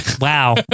Wow